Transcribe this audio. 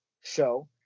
show